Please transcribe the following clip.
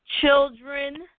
children